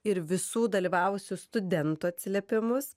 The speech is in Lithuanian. ir visų dalyvavusių studentų atsiliepimus